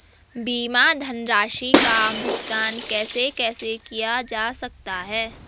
बीमा धनराशि का भुगतान कैसे कैसे किया जा सकता है?